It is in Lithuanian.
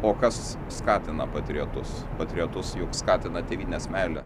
o kas skatina patriotus patriotus juk skatina tėvynės meilė